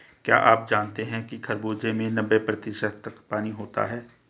क्या आप जानते हैं कि खरबूजे में नब्बे प्रतिशत तक पानी होता है